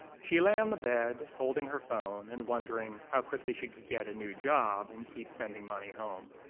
she lay on the bed, holding her phone, and wondering how quickly she could get a new job and keep sending money home.